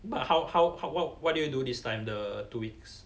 but how how how what what did you do this time the two weeks